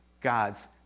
God's